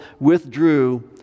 withdrew